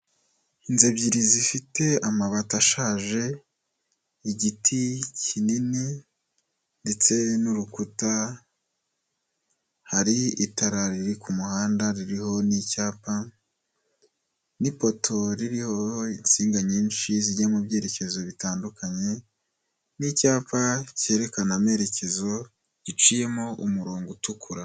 Inzu ebyiri zifite amabati ashaje, igiti kinini ndetse n'urukuta, hari itara riri ku muhanda ririho n'icyapa, n'ipoto ririho insinga nyinshi zijya mu byerekezo bitandukanye, n'icyapa cyerekana amerekezo, giciyemo umurongo utukura.